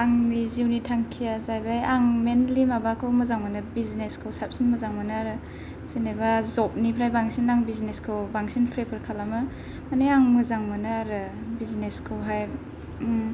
आंनि जिउनि थांखिया जायैबाय आं मेइनलि माबाखौ मोजां मोनो बिजिनेसखौ साबसिन मोजां मोनो आरो जेनोबा जबनिफ्राय बांसिन आं बिजिनेसखौ बांसिन प्रेपार खालामो मानि आं मोजां मोनो आरो बिजिनेसखौ हाय